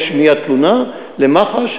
יש מייד תלונה למח"ש,